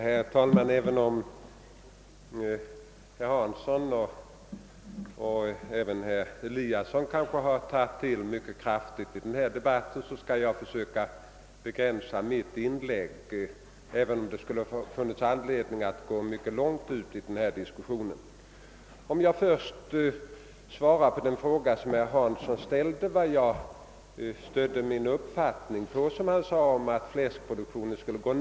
Herr talman! Även om herr Hansson i Skegrie och herr Eliasson i Moholm har tagit i mycket kraftigt i denna debatt skall jag försöka begränsa mitt inlägg, trots att det skulle ha funnits anledning att gå mycket långt ut i diskussionen. Herr Hansson i Skegrie frågade på vad jag stödde min uppfattning att — som han sade — fläskproduktionen skulle minska.